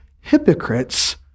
hypocrites